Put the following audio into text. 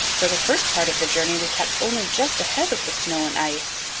for the first part of the journey we kept only just ahead of the snow and ice,